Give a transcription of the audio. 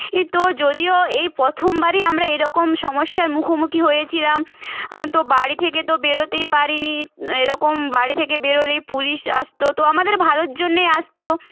এই তো যদিও এই প্রথমবারই আমরা এরকম সমস্যার মুখোমুখি হয়েছিলাম তো বাড়ি থেকে তো বেরোতেই পারিনি এরকম বাড়ি থেকে বেরোলেই পুলিশ আসতো তো আমাদের ভালোর জন্যই আসতো